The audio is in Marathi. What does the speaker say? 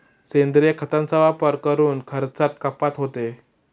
सेंद्रिय खतांचा वापर करून खर्चात कपात होते